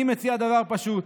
אני מציע דבר פשוט: